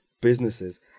businesses